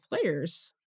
players